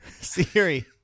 Siri